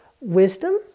wisdom